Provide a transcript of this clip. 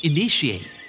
Initiate